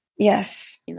Yes